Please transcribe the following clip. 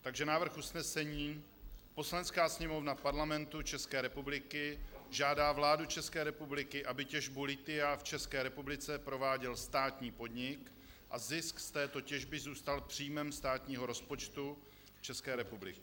Takže návrh usnesení: Poslanecká sněmovna Parlamentu České republiky žádá vládu České republiky, aby těžbu lithia v České republice prováděl státní podnik a zisk z této těžby zůstal příjmem státního rozpočtu České republiky.